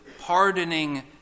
pardoning